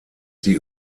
die